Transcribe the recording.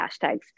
hashtags